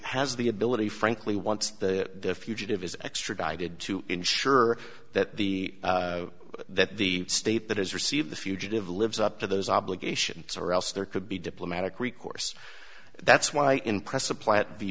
has the ability frankly once the fugitive is extradited to ensure that the that the state that has received the fugitive lives up to those obligations or else there could be diplomatic recourse that's why